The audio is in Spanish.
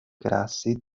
grace